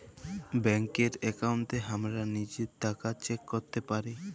ব্যাংকের একাউন্টে হামরা লিজের টাকা চেক ক্যরতে পারি